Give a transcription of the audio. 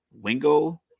Wingo